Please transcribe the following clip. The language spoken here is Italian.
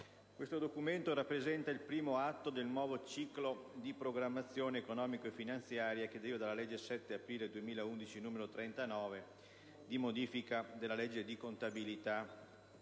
questo Documento rappresenta il primo atto del nuovo ciclo di programmazione economica e finanziaria che deriva dalla legge n. 39 del 7 aprile 2011, di modifica della legge di contabilità